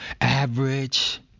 average